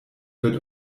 wird